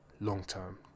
long-term